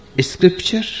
scripture